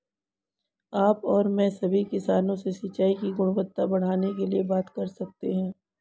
आप और मैं सभी किसानों से सिंचाई की गुणवत्ता बढ़ाने के लिए बात कर सकते हैं